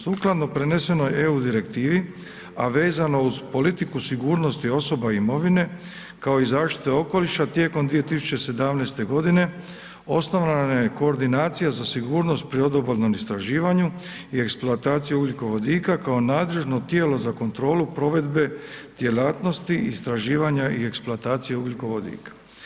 Sukladno prenesenoj EU Direktivi, a vezano uz politiku, sigurnost i osoba i imovine, kao i zaštite okoliša tijekom 2017.g. osnovana je koordinacija za sigurnost pri odobalnom istraživanju i eksploataciji ugljikovodika kao nadležno tijelo za kontrolu provedbe djelatnosti istraživanja i eksploatacije ugljikovodika.